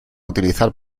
utilizar